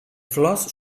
flors